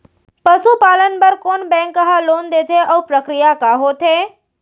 पसु पालन बर कोन बैंक ह लोन देथे अऊ प्रक्रिया का होथे?